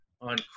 on